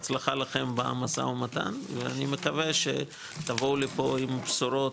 בהצלחה לכם במשא ומתן ואני מקווה שתבואו לפה עם בשורות,